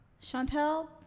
Chantel